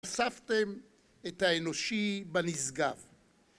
אספתם את האנושי בנשגב.